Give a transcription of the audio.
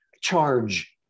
charge